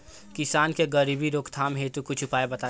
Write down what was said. किसान के गरीबी रोकथाम हेतु कुछ उपाय बताई?